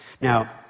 Now